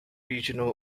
regional